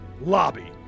lobby